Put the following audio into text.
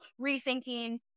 rethinking